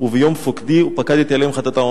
וביום פקדי ופקדתי עליהם חטאתם".